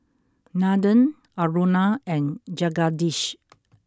Nandan Aruna and Jagadish